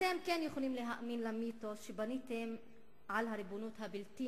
אתם כן יכולים להאמין למיתוס שבניתם על הריבונות הבלתי